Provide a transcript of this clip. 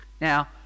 Now